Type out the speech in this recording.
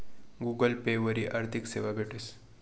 Google Pay वरी आर्थिक सेवा भेटस